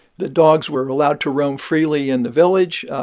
the dogs were allowed to roam freely in the village.